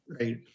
right